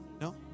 No